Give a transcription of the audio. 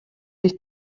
ich